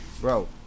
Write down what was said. Bro